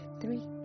three